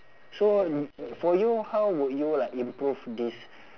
so for you how would you like improve this